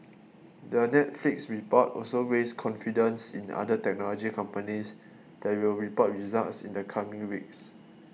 the Netflix report also raised confidence in other technology companies that will report results in the coming weeks